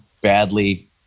badly